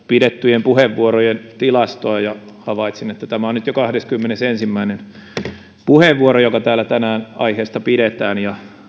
pidettyjen puheenvuorojen tilastoa ja havaitsin että tämä on nyt jo kahdeskymmenesensimmäinen puheenvuoro joka täällä tänään aiheesta pidetään